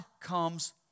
comes